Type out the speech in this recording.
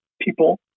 people